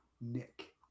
Nick